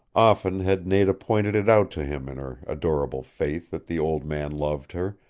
often had nada pointed it out to him in her adorable faith that the old man loved her,